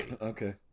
Okay